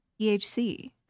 ehc